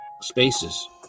spaces